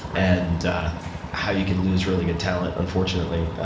and how you can lose really good talent, unfortunately.